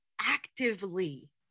actively